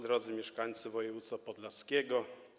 Drodzy Mieszkańcy Województwa Podlaskiego!